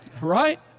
Right